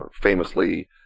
famously